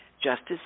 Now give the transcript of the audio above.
justice